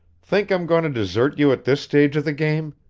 think i'm going to desert you at this stage of the game?